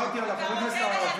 אני דיברתי על חברי הכנסת הערבים,